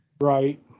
Right